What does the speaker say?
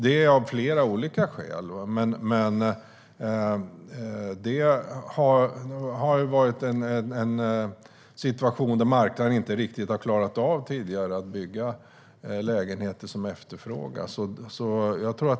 Den situationen har marknaden inte riktigt klarat av tidigare, att bygga de lägenheter som efterfrågas.